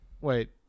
wait